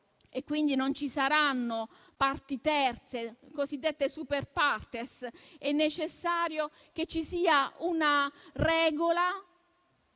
e quindi non ci saranno parti terze, cosiddette *super partes*. È necessario che ci sia una regola